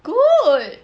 good